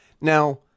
Now